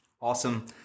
Awesome